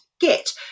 get